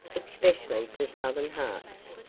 especially to southern hearts.